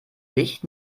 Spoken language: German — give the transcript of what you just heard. licht